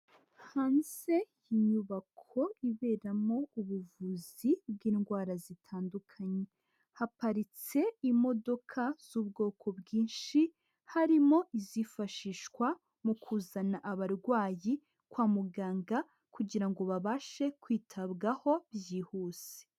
Hanze inyubako iberamo ubuvuzi bw'indwara zitandukanye, haparitse imodoka z'ubwoko bwinshi, harimo izifashishwa mu kuzana abarwayi kwa muganga kugirango babashe kwitabwaho byihuse.